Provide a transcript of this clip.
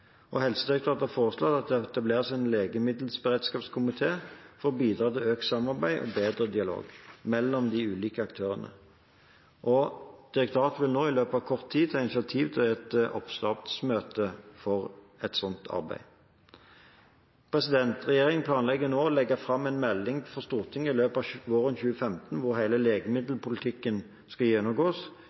Helsedirektoratet har foreslått at det etableres en legemiddelberedskapskomité for å bidra til økt samarbeid og bedre dialog mellom de ulike aktørene. Direktoratet vil i løpet av kort tid ta initiativ til et oppstartsmøte for et slikt arbeid. Regjeringen planlegger å legge fram en melding for Stortinget i løpet av våren 2015 hvor hele legemiddelpolitikken skal gjennomgås.